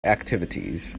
activities